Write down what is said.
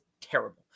terrible